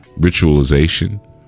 ritualization